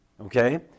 Okay